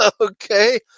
Okay